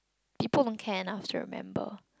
people don't care enough to remember